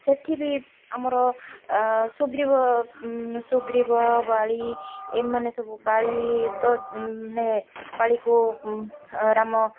ସେଠି ବି ଆମର ସୁଗ୍ରୀଭ ସୁଗ୍ରୀଭ ବାଳୀ ଏମାନେ ସବୁ ବାଳୀ ତ ମାନେ ବାଳୀକୁ ରାମ